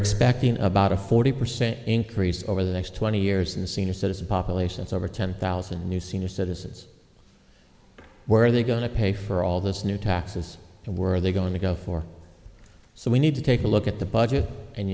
expecting about a forty percent increase over the next twenty years in the senior citizen populations over ten thousand new senior citizens where are they going to pay for all this new taxes and were they going to go for so we need to take a look at the budget and